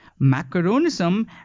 macaronism